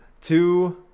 two